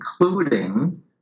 including